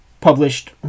published